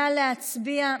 נא להצביע.